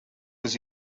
was